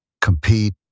compete